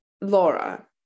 laura